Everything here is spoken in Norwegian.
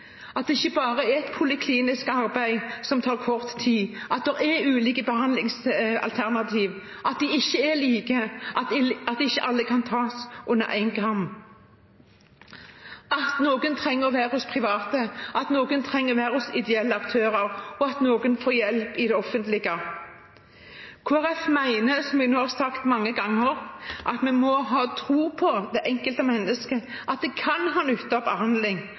at de kan få hjelp over tid, at det ikke bare er et poliklinisk arbeid som tar kort tid, at det er ulike behandlingsalternativer, at de ikke er like, at ikke alle kan skjæres over én kam – at noen trenger å være hos private, at noen trenger å være hos ideelle aktører, og at noen får hjelp i det offentlige. Kristelig Folkeparti mener, som vi nå har sagt mange ganger, at vi må ha tro på det enkelte menneske, at det kan ha